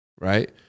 Right